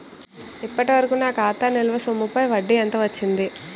ఇప్పటి వరకూ నా ఖాతా నిల్వ సొమ్ముపై వడ్డీ ఎంత వచ్చింది?